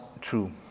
true